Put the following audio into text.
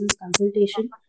consultation